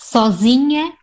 Sozinha